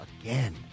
again